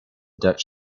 dutch